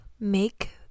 Make